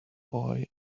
boy